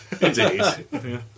Indeed